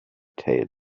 tail